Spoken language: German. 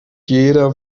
jeder